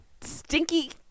stinky